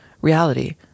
reality